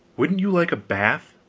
wouldn't you like a bath?